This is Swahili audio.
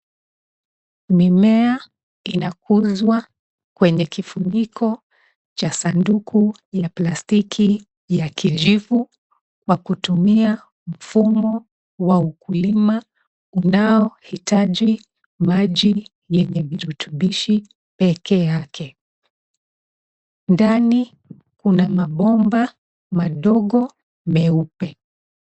Mimea inakuzwa kwenye kifuniko cha sanduku ya plastiki ya kijivu kwa kutumia mfumo wa ukulima unaohitaji maji yenye virutubushi pekee yake. Ndani kuna mabomba madogo meupe.